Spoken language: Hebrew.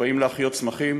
כשבאים להחיות צמחים.